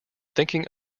thinking